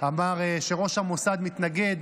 אמר שראש המוסד מתנגד.